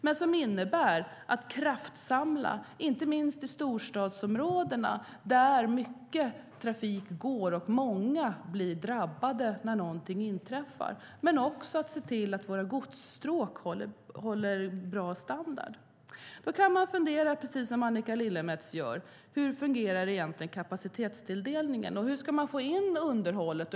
Det innebär att kraftsamla, inte minst i storstadsområdena där mycket trafik går och många blir drabbade när någonting inträffar. Det innebär också att se till att våra godsstråk håller bra standard. Då kan man precis som Annika Lillemets gör fundera på hur kapacitetstilldelningen egentligen fungerar och hur man ska få in underhållet.